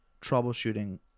troubleshooting